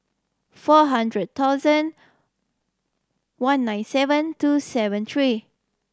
four hundred thousand one nine seven two seven three